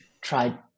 tried